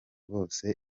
bose